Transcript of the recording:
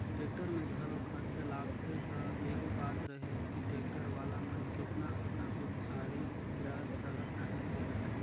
tractor में घलो खरचा लागथे त एहू बात रहेल कि टेक्टर वाला मन केतना अकन उधारी ल सहत अहें तेहर